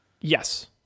Yes